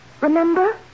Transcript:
Remember